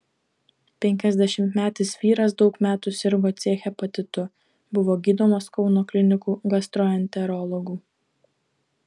penkiasdešimtmetis vyras daug metų sirgo c hepatitu buvo gydomas kauno klinikų gastroenterologų